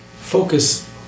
Focus